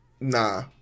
nah